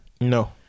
No